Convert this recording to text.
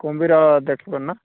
କୁମ୍ଭୀର ଦେଖିବନି ନା